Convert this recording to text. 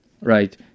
right